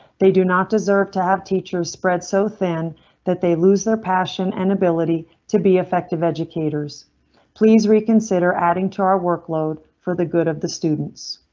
they do not deserve to have teachers spread so thin that they lose their passion. an ability to be affective. educators please reconsider adding to our workload for the good of the students.